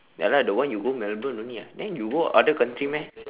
ya lah the one you go melbourne only ah then you go other country meh